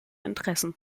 interessen